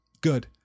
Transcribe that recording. good